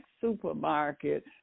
supermarket